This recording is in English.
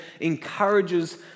encourages